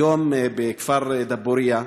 היום בכפר דבורייה,